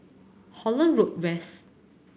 Holland Road West